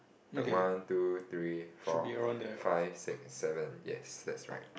one two three four five six seven yes that's right